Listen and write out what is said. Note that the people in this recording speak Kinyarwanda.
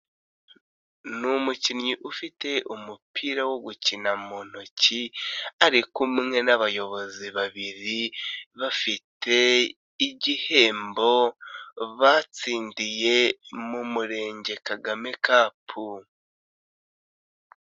Ni umukinnyi ufite umupira wo gukina mu ntoki ari kumwe n'abayobozi babiri bafite igihembo batsindiye mu Murenge Kagame kapu.